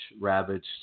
ravaged